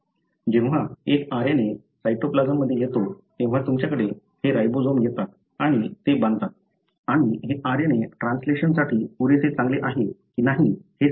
जेव्हा एक RNA साइटोप्लाझममध्ये येतो तेव्हा तुमच्याकडे हे राइबोझोम येतात आणि ते बांधतात आणि हे RNA ट्रान्सलेशन साठी पुरेसे चांगले आहे की नाही हे स्कॅन करतात